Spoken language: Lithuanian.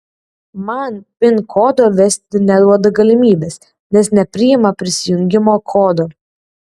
man pin kodo vesti neduoda galimybės nes nepriima prisijungimo kodo